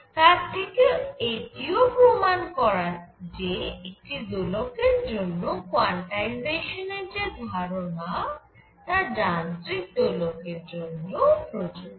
তার থেকে এটিও প্রমাণ করা যে একটি দোলকের জন্য কোয়ান্টাইজেশানের যে ধারণা তা যান্ত্রিক দোলকের জন্যও প্রযোজ্য